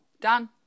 Done